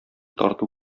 тарту